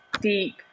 deep